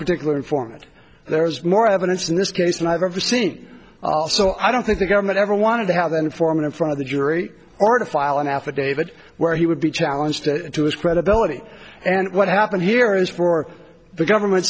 particular informant there's more evidence in this case than i've ever seen so i don't think the government ever wanted to have an informant in front of the jury or to file an affidavit where he would be challenged to his credibility and what happened here is for the government